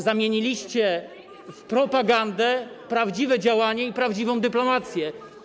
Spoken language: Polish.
Zamieniliście w propagandę prawdziwe działanie i prawdziwą dyplomację.